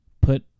put